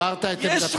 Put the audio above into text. הבהרת את עמדתך.